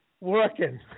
working